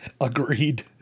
agreed